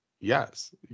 yes